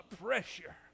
pressure